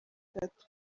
itatu